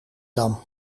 dam